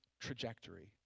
trajectory